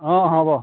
হ'ব